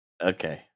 Okay